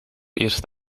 eerst